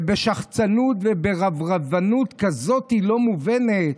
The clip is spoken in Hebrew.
ובשחצנות וברברבנות כזאת לא מובנת,